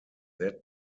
that